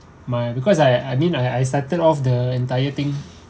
my because I I mean I I started off the entire thing